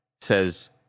says